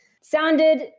Sounded